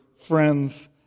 friends